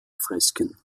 fresken